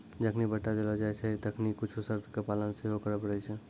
जखनि पट्टा देलो जाय छै तखनि कुछु शर्तो के पालन सेहो करै पड़ै छै